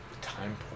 Time